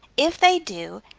if they do,